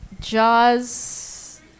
Jaws